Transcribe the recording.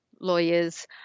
lawyers